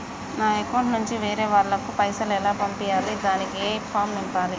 నా అకౌంట్ నుంచి వేరే వాళ్ళకు పైసలు ఎలా పంపియ్యాలి దానికి ఏ ఫామ్ నింపాలి?